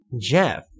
Jeff